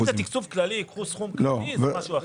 אם זה תקצוב כללי, קחו סכום כללי, זה משהו אחר.